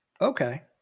Okay